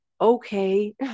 okay